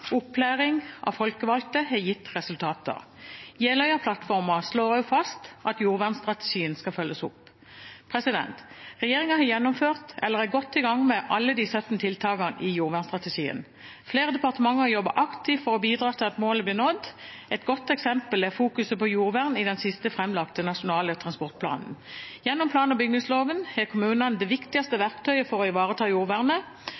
opplæring av folkevalgte har gitt resultater. Jeløya-plattformen slår også fast at jordvernstrategien skal følges opp. Regjeringen har gjennomført eller er godt i gang med alle de 17 tiltakene i jordvernstrategien. Flere departementer jobber aktivt for å bidra til at målet blir nådd. Et godt eksempel er fokuset på jordvern i den sist framlagte Nasjonal transportplan. Gjennom plan- og bygningsloven har kommunene det viktigste verktøyet for å ivareta jordvernet,